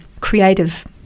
creative